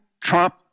Trump